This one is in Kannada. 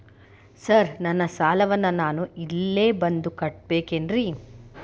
ಸರ್ ನನ್ನ ಸಾಲವನ್ನು ನಾನು ಇಲ್ಲೇ ಬಂದು ಕಟ್ಟಬೇಕೇನ್ರಿ?